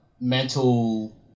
mental